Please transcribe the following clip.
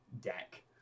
deck